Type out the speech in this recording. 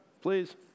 please